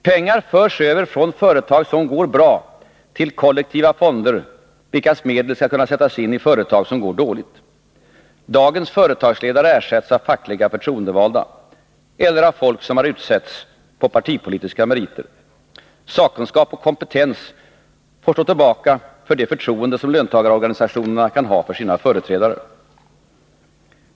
Pengar förs över från företag som går bra, till kollektiva fonder, vilkas medel skall kunna sättas in i företag som går dåligt. Dagens företagsledare ersätts av fackligt förtroendevalda eller av folk som utsetts på partipolitiska meriter. Sakkunskap och kompetens får stå tillbaka för det förtroende som löntagarorganisationerna kan ha för sina företrädare.